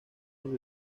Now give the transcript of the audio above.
los